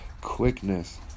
quickness